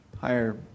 higher